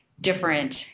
different